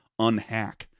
unhack